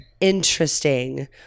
interesting